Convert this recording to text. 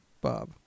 Bob